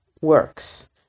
works